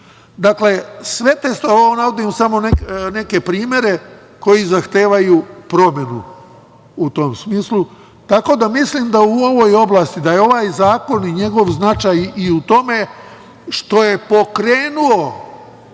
bezbednosti. Sve to što navodim, samo neke primere koji zahtevaju promenu u tom smislu. Tako da mislim da je u ovoj oblasti, da je ovaj zakon i njegov značaj i u tome što je pokrenuo,